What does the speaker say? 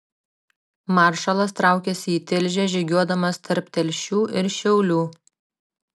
maršalas traukėsi į tilžę žygiuodamas tarp telšių ir šiaulių